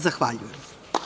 Zahvaljujem.